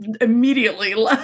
immediately